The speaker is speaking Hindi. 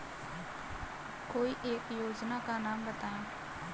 कोई एक योजना का नाम बताएँ?